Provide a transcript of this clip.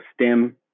stem